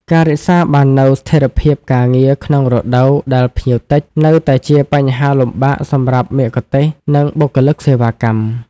ការរក្សាបាននូវស្ថិរភាពការងារក្នុងរដូវដែលភ្ញៀវតិច នៅតែជាបញ្ហាលំបាកសម្រាប់មគ្គុទ្ទេសក៍ និងបុគ្គលិកសេវាកម្ម។